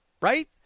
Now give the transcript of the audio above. Right